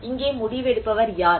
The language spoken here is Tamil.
இங்கே முடிவெடுப்பவர் யார்